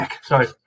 Sorry